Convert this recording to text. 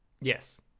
Yes